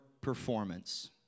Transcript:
performance